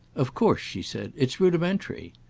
of course, she said, it's rudimentary.